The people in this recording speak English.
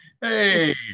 Hey